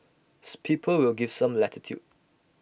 people will give some latitude